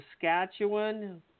Saskatchewan